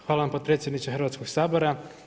Hvala vam potpredsjedniče Hrvatskoga sabora.